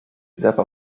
zappa